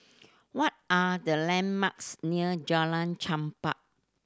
what are the landmarks near Jalan Chempah